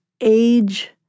age